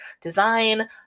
design